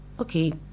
okay